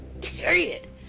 period